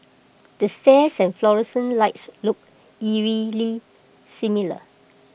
the stairs and fluorescent lights look eerily similar